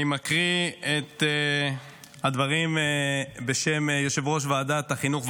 אני מקריא את הדברים בשם יושב-ראש ועדת החינוך,